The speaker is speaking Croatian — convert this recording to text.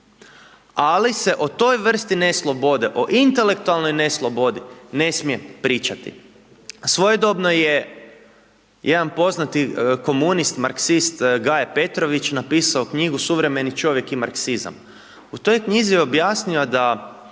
ali se o toj vrsti neslobode, o intelektualnoj neslobodi ne smije pričati. Svojedobno je jedan poznati komunist marksist Gaje Petrović napisao knjigu suvremeni čovjek i marksizam. U toj knjizi je objasnio da